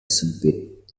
sempit